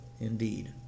indeed